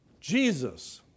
Jesus